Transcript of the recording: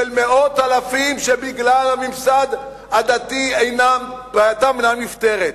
של מאות אלפים שבגלל הממסד הדתי בעייתם אינה נפתרת.